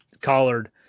collared